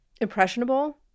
impressionable